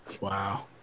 Wow